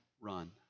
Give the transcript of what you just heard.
Run